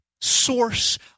source